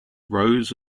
rows